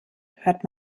hört